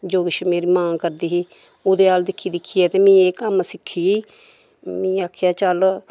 जो कुछ मेरी मां करदी ही ओह्दे अल दिक्खी दिक्खियै ते में कम्म सिक्खी में आखेआ चल